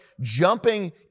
jumping